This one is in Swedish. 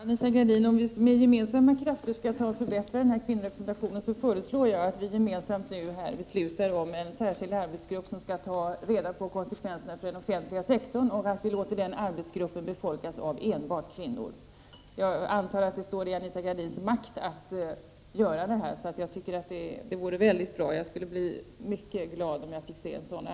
Fru talman! Om vi med gemensamma krafter skall förbättra kvinnorepresentationen, Anita Gradin, föreslår jag att vi nu här gemensamt beslutar om en arbetsgrupp som skall ta reda på konsekvenserna för den offentliga sektorn och att vi låter den arbetsgruppen bestå av enbart kvinnor. Jag antar att det står i Anita Gradins makt att göra det, och jag skulle bli mycket gladom = Prot. 1989/90:32 jag fick se den arbetsgruppen med en sådan representation.